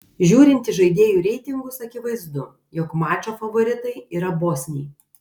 žiūrint į žaidėjų reitingus akivaizdu jog mačo favoritai yra bosniai